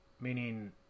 meaning